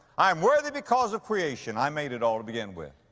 i'm worthy because of creation i made it all to begin with.